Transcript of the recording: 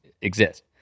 exist